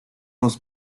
los